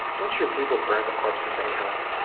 don't you people burn the corpses anyhow?